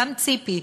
גם ציפי,